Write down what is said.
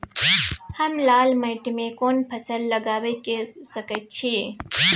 हम लाल माटी में कोन फसल लगाबै सकेत छी?